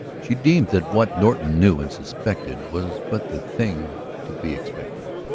she deemed that what norton knew and suspected was but the thing to be expected.